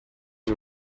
you